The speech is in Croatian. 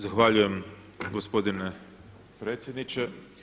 Zahvaljujem gospodine predsjedniče.